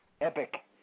epic